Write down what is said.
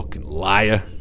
liar